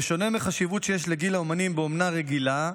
בשונה מהחשיבות שיש לגיל האומנים באומנה רגילה,